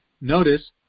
notice